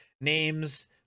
names